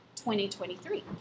2023